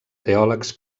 teòlegs